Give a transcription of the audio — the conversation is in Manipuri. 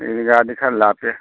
ꯏꯗꯤꯒꯥꯗꯤ ꯈꯔ ꯂꯥꯞꯄꯦ